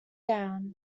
down